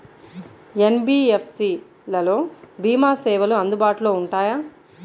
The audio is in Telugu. ఎన్.బీ.ఎఫ్.సి లలో భీమా సేవలు అందుబాటులో ఉంటాయా?